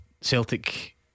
Celtic